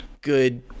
good